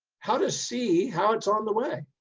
how to see how it's on the way.